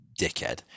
dickhead